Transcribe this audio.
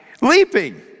leaping